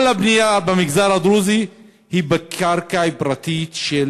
כל הבנייה במגזר הדרוזי היא בקרקע פרטית של